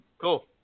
cool